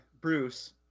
Bruce